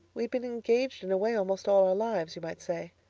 we'd been engaged in a way almost all our lives, you might say.